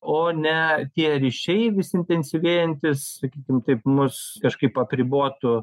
o ne tie ryšiai vis intensyvėjantys sakykim taip mus kažkaip apribotų